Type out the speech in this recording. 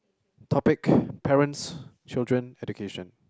topic parents children education